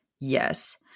Yes